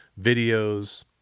videos